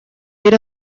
era